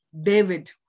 David